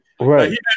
Right